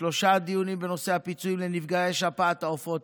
שלושה דיונים בנושא הפיצויים לנפגעי שפעת העופות,